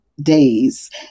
days